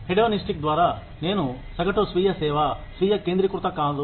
hedonistic ద్వారా నేను సగటు స్వీయ సేవ స్వీయ కేంద్రీకృత కాదు